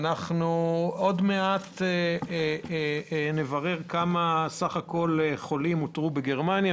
עוד מעט נברר כמה חולים בסך הכול אותרו בגרמניה.